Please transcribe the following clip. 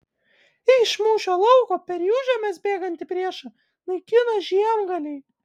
iš mūšio lauko per jų žemes bėgantį priešą naikino žiemgaliai